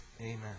Amen